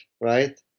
right